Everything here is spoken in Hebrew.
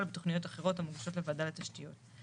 בתוכניות אחרות המוגשות לוועדה לתשתיות";